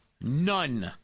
None